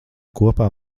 kopā